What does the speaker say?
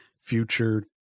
future